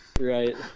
Right